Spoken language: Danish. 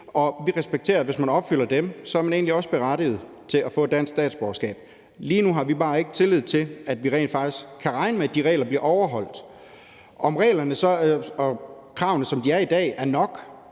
og vi respekterer, at hvis man overholder dem, er man egentlig også berettiget til at få dansk statsborgerskab. Lige nu har vi bare ikke tillid til, at vi rent faktisk kan regne med, at de regler bliver overholdt. I forhold til om reglerne og kravene, som de er i dag, er nok,